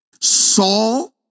Saul